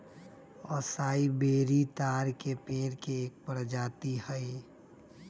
असाई बेरी ताड़ के पेड़ के एक प्रजाति हई